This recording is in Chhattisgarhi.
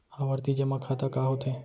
आवर्ती जेमा खाता का होथे?